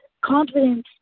confidence